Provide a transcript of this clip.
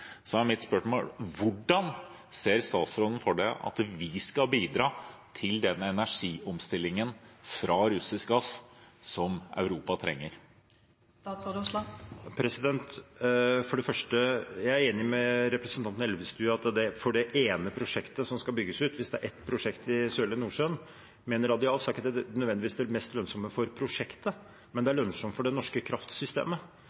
er mitt spørsmål: Hvordan ser statsråden for seg at vi skal bidra til den energiomstillingen fra russisk gass som Europa trenger? For det første: Jeg er enig med representanten Elvestuen i at for det ene prosjektet som skal bygges ut, hvis det er ett prosjekt i Sørlige Nordsjø med en radial, er ikke det nødvendigvis det mest lønnsomme for prosjektet, men det